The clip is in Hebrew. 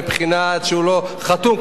מבחינה זו שהוא לא חתום,